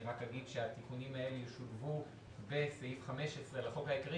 אני רק אגיד שהתיקונים האלה ישולבו בסעיף 15 לחוק העיקרי,